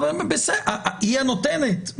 היא הנותנת.